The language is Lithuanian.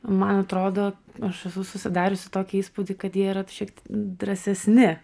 man atrodo aš esu susidariusi tokį įspūdį kad jie yra šiek drąsesni